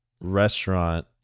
restaurant